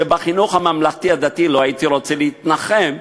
ובחינוך הממלכתי-דתי, לא הייתי רוצה להתנחם,